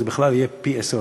זה בכלל יהיה גדול פי-עשרה.